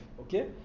Okay